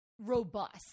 robust